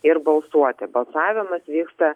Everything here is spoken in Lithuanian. ir balsuoti balsavimas vyksta